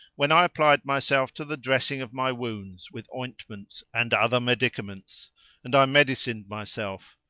when i applied myself to the dressing of my wounds with ointments and other medicaments and i medicined myself,